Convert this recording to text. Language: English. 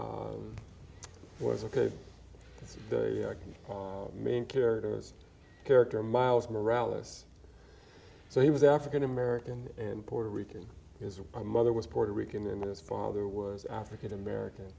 it was ok its main character has character miles morales so he was african american and puerto rican his mother was puerto rican and his father was african american